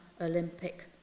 Olympic